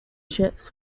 ships